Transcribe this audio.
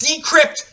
decrypt